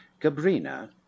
Gabrina